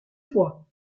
fois